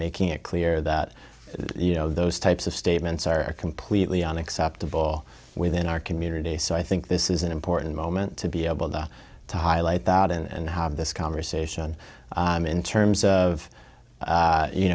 making it clear that you know those types of statements are completely unacceptable within our community so i think this is an important moment to be able to highlight that and have this conversation in terms of you